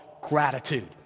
gratitude